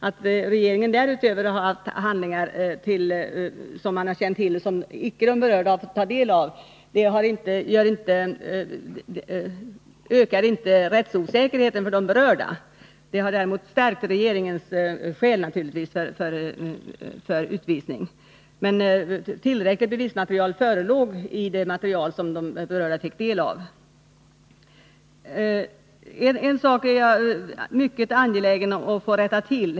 Att regeringen därutöver känt till handlingar som de berörda inte 19 fått ta del av ökar inte rättsosäkerheten för de berörda. Det har däremot stärkt regeringens skäl för utvisning. Men tillräckliga bevis förelåg i det material som de berörda fick del av. En sak är jag mycket angelägen att rätta till.